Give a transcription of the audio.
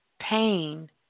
pain